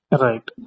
right